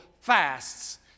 fasts